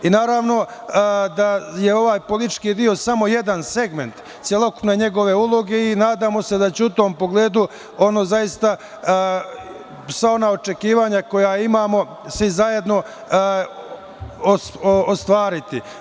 Naravno da je ovaj politički deo samo jedan segment celokupne njegove uloge i nadamo se da će u tom pogledu sva ona očekivanja koja imamo svi zajedno se ostvariti.